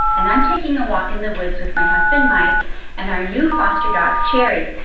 and i'm taking a walk in the woods with my husband mike and our new foster dog, cherry.